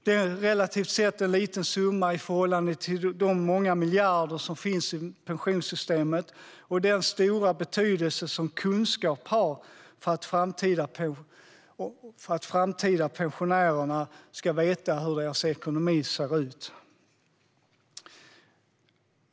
Det är relativt sett en liten summa i förhållande till de många miljarder som finns i pensionssystemet och den stora betydelse som kunskap har för att framtida pensionärer ska veta hur deras ekonomi ser ut.